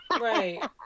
right